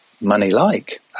money-like